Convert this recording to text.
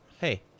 Hey